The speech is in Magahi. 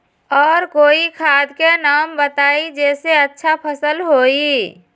और कोइ खाद के नाम बताई जेसे अच्छा फसल होई?